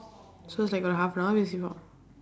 so it's like ஒரு:oru half an hour பேசிருக்கிறோம்:peesirukkiroom